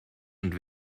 und